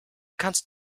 kannst